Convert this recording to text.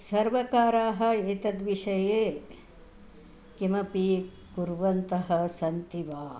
सर्वकाराः एतद्विषये किमपि कुर्वन्तः सन्ति वा